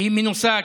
שהיא מנוסה,